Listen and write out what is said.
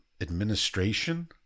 administration